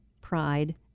pride